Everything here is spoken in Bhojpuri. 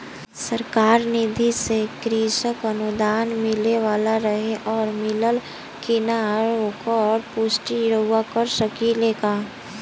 सरकार निधि से कृषक अनुदान मिले वाला रहे और मिलल कि ना ओकर पुष्टि रउवा कर सकी ला का?